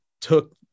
took